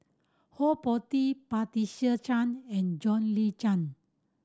Ho Po Tee Patricia Chan and John Le